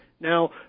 Now